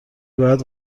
باید